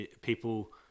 people